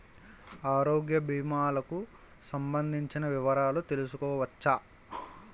ఆరోగ్య భీమాలకి సంబందించిన వివరాలు తెలుసుకోవచ్చా?